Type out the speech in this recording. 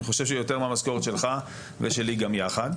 אני חושב שיותר מהמשכורת שלך ושלי גם יחד.